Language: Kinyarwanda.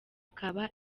bakaba